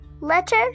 letter